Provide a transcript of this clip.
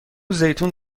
زیتون